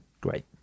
great